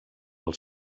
els